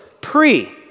pre